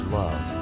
love